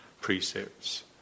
precepts